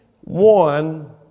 one